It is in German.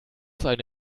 seine